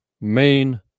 main